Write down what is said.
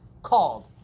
called